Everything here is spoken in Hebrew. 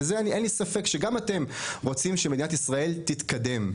ואין לי ספק שגם אתם רוצים שמדינת ישראל תתקדם.